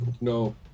No